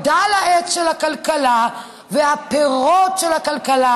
גדלוּ העץ של הכלכלה והפירות של הכלכלה.